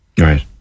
Right